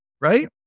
right